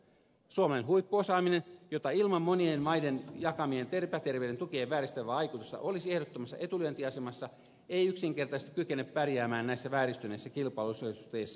suomalainen huippuosaaminen joka ilman monien maiden jakamien epäterveiden tukien vääristävää vaikutusta olisi ehdottomassa etulyöntiasemassa ei yksinkertaisesti kykene pärjäämään näissä vääristyneissä kilpailuolosuhteissa omillaan